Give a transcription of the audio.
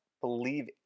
believe